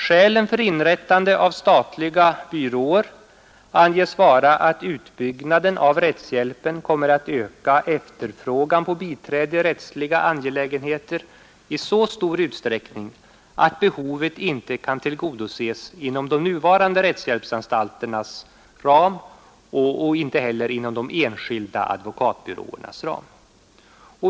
Skälen för inrättande av statliga byråer anges vara att utbyggnaden av rättshjälpen kommer att öka efterfrågan på biträde i rättsliga angelägenheter i så stor utsträckning att behovet inte kan tillgodoses inom de nuvarande rättshjälpsanstalternas ram och inte heller inom de enskilda advokatbyråernas ram.